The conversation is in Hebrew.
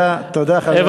תודה, חבר הכנסת יצחק כהן.